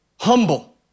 Humble